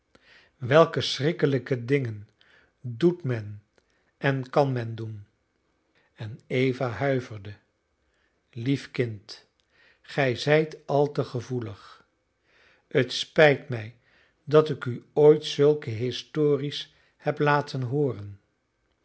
welke schrikkelijke dingen doet men en kan men doen en eva huiverde lief kind gij zijt al te gevoelig het spijt mij dat ik u ooit zulke histories heb laten hooren